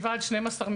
7 עד 12 מיליארד.